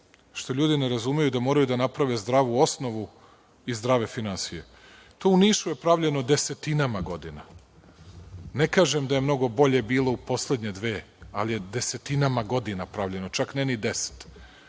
što ljudi ne razumeju da moraju da naprave zdravu osnovu i zdrave finansije. To u Nišu je pravljeno desetinama godina. Ne kažem da je mnogo bolje bilo u poslednje dve, ali je desetinama godina pravljeno, čak ne ni deset,